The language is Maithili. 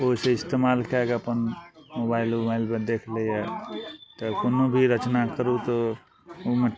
ओ सिस्टम इस्तेमाल कै के अपन मोबाइल उबाइलमे देखि लैए चाहे कोनो भी रचना करू तऽ ओहिमे